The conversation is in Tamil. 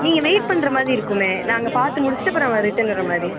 நீங்கள் வெயிட் பண்ணுற மாதிரி இருக்குமே நாங்கள் பார்த்து முடிச்சுட்டு அப்புறம் ரிட்டன் வர மாதிரி